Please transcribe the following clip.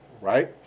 right